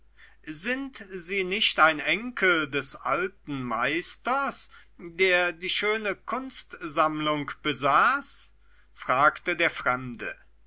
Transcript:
sind sie nicht ein enkel des alten meisters der die schöne kunstsammlung besaß fragte der fremde